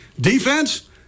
defense